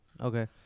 Okay